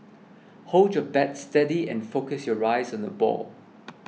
hold your bat steady and focus your eyes on the ball